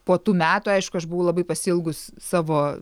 po tų metų aišku aš buvau labai pasiilgus savo